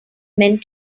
meant